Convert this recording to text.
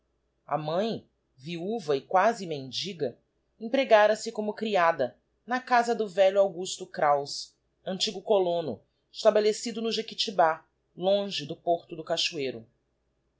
mãe viuva equasi mendiga empre gára se como criada na casa do velho augusto kraus antigo colono estabelecido no jequitibá longe do porto do gachoeiro